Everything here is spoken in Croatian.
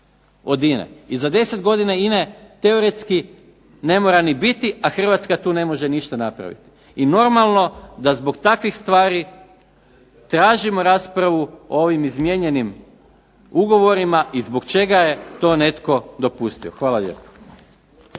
od INA-e, i za 10 godina INA-e teoretski ne mora ni biti, a Hrvatska tu ne može ništa napraviti. I normalno da zbog takvih stvari tražimo raspravu o ovim izmijenjenim ugovorima i zbog čega je to netko dopustio. Hvala lijepo.